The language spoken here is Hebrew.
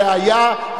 צריך לטפל בבעיה.